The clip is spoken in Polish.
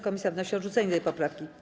Komisja wnosi o odrzucenie tej poprawki.